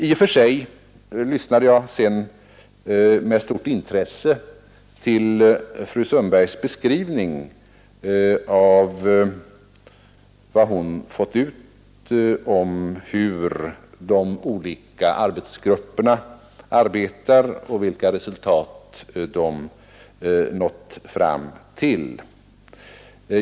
I och för sig lyssnade jag sedan med stort intresse till fru Sundbergs beskrivning av vad hon fått ut om h2r de olika arbetsgrupperna arbetar och vilka resultat de nått fram till.